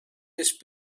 these